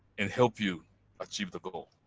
and help you achieve the goal.